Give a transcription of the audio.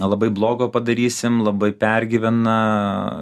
labai blogo padarysim labai pergyvena